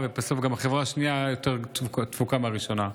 ובסוף גם החברה השנייה יותר דפוקה מהראשונה.